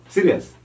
Serious